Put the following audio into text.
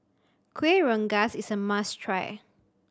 Kueh Rengas is a must try